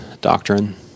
doctrine